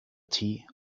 tea